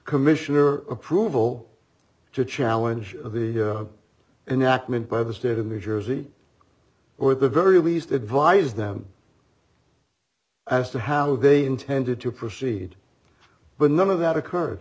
commissioner approval to challenge the an act meant by the state in the jersey or at the very least advise them as to how they intended to proceed but none of that occurred